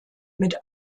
mit